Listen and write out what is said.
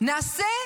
"נעשה",